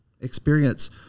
experience